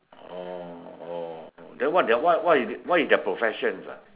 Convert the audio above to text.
oh oh then what their what what is what is their professions ah